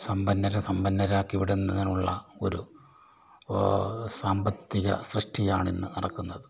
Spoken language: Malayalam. സമ്പന്നരെ സമ്പന്നരാക്കി വിടുന്നതിനുള്ള ഒരു സാമ്പത്തിക സൃഷ്ടിയാണിന്ന് നടക്കുന്നത്